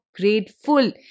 grateful